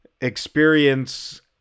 experience